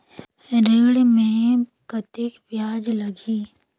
ऋण मे कतेक ब्याज लगही?